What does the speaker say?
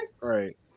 right